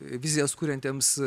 vizijas kuriantiems